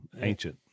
ancient